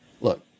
Look